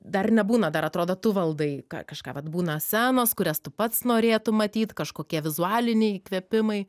dar nebūna dar atrodo tu valdai ką kažką vat būna scenos kurias tu pats norėtum matyt kažkokie vizualiniai įkvėpimai